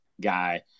guy